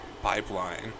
pipeline